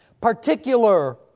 particular